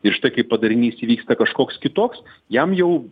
ir štai kai padarinys vyksta kažkoks kitoks jam jau